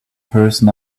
person